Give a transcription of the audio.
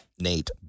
Nate